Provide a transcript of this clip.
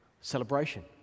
celebration